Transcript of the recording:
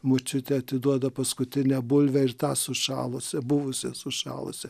močiutė atiduoda paskutinę bulvę ir tą sušalusią buvusią sušalusią